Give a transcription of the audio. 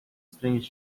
estranhos